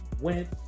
went